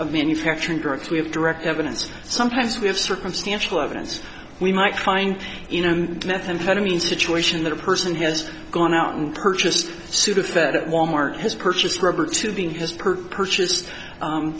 of manufacturing growth we have direct evidence sometimes we have circumstantial evidence we might find in methamphetamine situation that a person has gone out and purchased sudafed at wal mart has purchased rubber tubing because per purchase